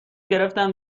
گرفتم